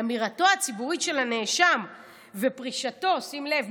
אמירתו הציבורית של הנאשם ופרישתו" שים לב,